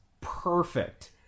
perfect